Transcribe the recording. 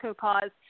cause